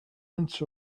inch